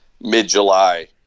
mid-July